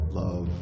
love